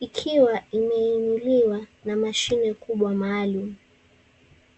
Ikiwa imeinuliwa na mashine kubwa maalum.